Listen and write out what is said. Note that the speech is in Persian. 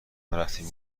رفتیم